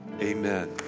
Amen